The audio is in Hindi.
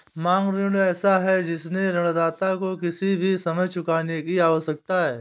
मांग ऋण ऐसा है जिससे ऋणदाता को किसी भी समय चुकाने की आवश्यकता है